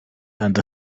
and